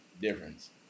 difference